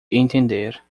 entender